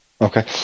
Okay